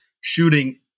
shooting